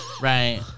Right